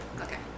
Okay